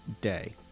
day